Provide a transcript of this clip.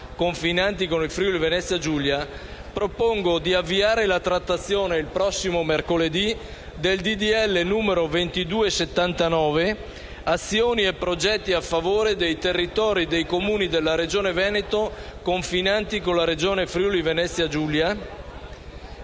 confinanti con il Friuli-Venezia Giulia - propongo di avviare la trattazione, il prossimo mercoledì, del disegno di legge n. 2279, concernente azioni e progetti a favore dei territori dei Comuni della Regione Veneto confinanti con la Regione Friuli-Venezia Giulia,